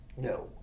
no